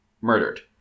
murdered